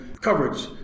coverage